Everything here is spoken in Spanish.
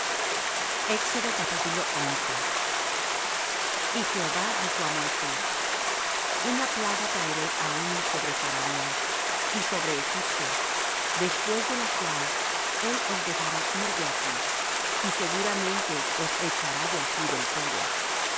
tu rostro y jehova dijo á moisés una plaga traeré aún sobre faraón y sobre egipto después de la cual él os dejará ir de aquí y seguramente os echará de aquí del todo